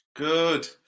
Good